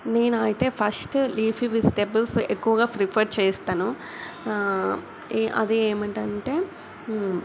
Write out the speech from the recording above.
నేను అయితే first leafy vegetables ఎక్కువగా ప్రిఫర్ చేస్తాను ఏ అది ఏమిటంటే